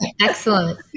Excellent